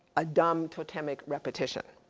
a dumb totemic repetition.